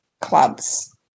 Clubs